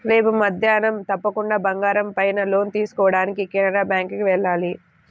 రేపు మద్దేన్నం తప్పకుండా బంగారం పైన లోన్ తీసుకోడానికి కెనరా బ్యేంకుకి వెళ్ళాలి